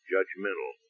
judgmental